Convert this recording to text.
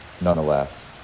nonetheless